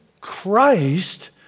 Christ